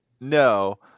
No